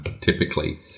typically